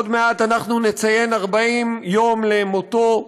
עוד מעט אנחנו נציין 40 יום למותו.